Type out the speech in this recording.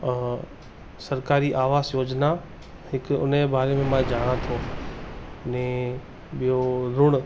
सरकारी आवास योजना हिकु उन जे बारे में मां ॼाणां थो ने ॿियो रुण